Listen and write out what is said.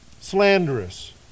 slanderous